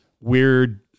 weird